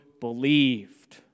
believed